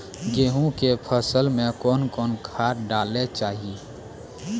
गेहूँ के फसल मे कौन कौन खाद डालने चाहिए?